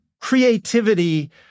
creativity